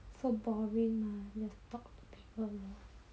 so boring mah just talk to people mah